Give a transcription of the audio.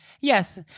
Yes